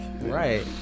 right